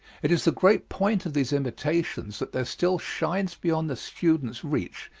it is the great point of these imitations that there still shines beyond the student's reach,